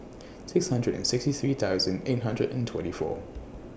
six hundred and sixty three thousand eight hundred and twenty four